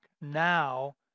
now